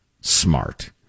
smart